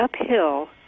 uphill